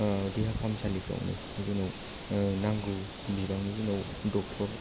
देहा फाहामसालिफ्रावनो जोंनाव नांगौ बिबांनि जोंनाव डाक्टर